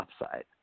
upside